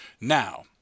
Now